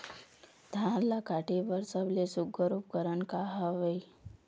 धान ला काटे बर सबले सुघ्घर उपकरण का हवए?